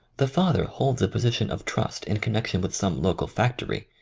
the father holds a position of trust in con nection with some local factory,